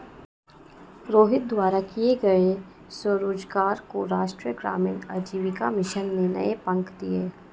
रोहित द्वारा किए गए स्वरोजगार को राष्ट्रीय ग्रामीण आजीविका मिशन ने नए पंख दिए